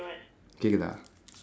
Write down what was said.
கேட்குதா:keetkuthaa